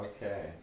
Okay